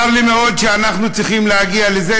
צר לי מאוד שאנחנו צריכים להגיע לזה,